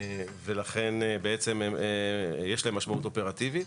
ולכן יש להן משמעות אופרטיבית,